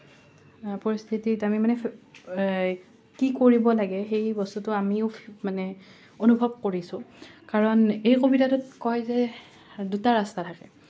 আ পৰিস্থিতিত আমি মানে কি কৰিব লাগে সেই বস্তুটো আমিও মানে অনুভৱ কৰিছোঁ কাৰণ এই কবিতাটোত কয় যে দুটা ৰাস্তা থাকে